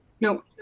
Nope